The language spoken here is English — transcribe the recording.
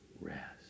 rest